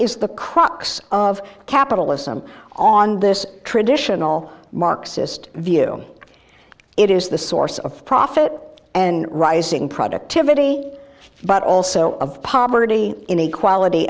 is the crux of capitalism on this traditional marxist view it is the source of profit and rising productivity but also of poverty inequality